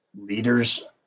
leaders